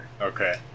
Okay